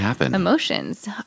emotions